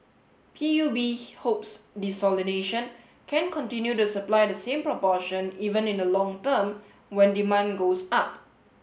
P U B hopes desalination can continue to supply the same proportion even in the long term when demand goes up